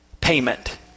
payment